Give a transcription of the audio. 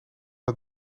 het